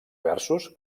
versos